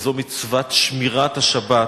וזו מצוות שמירת השבת.